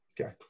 Okay